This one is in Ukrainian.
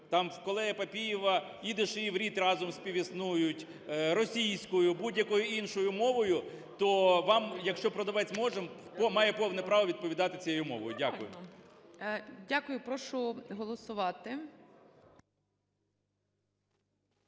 колеги Папієва їдиш і іврит разом співіснують), російською, будь-якою іншою мовою, то вам, якщо продавець може, він має повне право відповідати цією мовою. Дякую. ГОЛОВУЮЧИЙ. Дякую. Прошу голосувати.